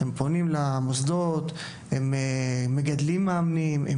הם פונים למוסדות; הם מגדלים מאמנים; הם